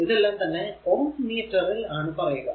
ഇതെല്ലം തന്നെ ohm metre ൽ ആണ് പറയുക